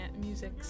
music